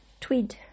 tweed